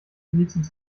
wenigstens